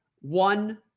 one